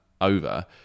over